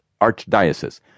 archdiocese